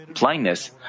blindness